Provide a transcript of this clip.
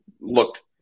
looked